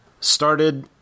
started